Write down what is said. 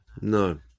No